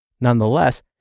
Nonetheless